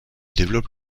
développe